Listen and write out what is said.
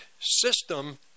system